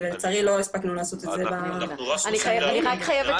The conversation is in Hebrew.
לצערי לא הספקנו לעשות את זה ב --- אני רק חייבת